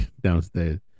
downstairs